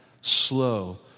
slow